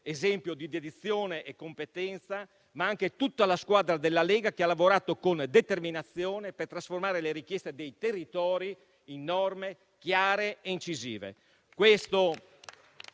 esempio di dedizione e competenza, ma anche tutta la squadra della Lega, che ha lavorato con determinazione per trasformare le richieste dei territori in norme chiare e incisive.